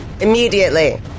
Immediately